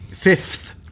Fifth